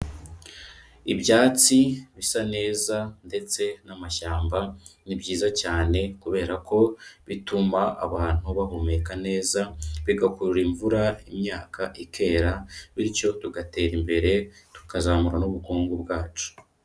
Ibyatsi bisa neza ndetse n'amashyamba, ni byiza cyane kubera ko bituma abantu bahumeka neza, bigakurura imvura imyaka ikera, bityo tugatera imbere tukazamura n'ubukungu bwacu.